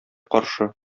каршы